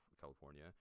California